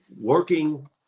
working